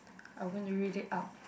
I'm going to read it out